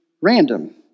random